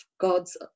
God's